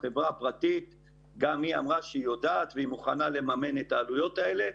החברה הפרטית אמרה שהיא יודעת והיא מוכנה לממן את העלויות האלה,